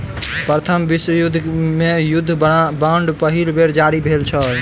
प्रथम विश्व युद्ध मे युद्ध बांड पहिल बेर जारी भेल छल